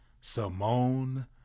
Simone